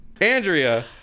Andrea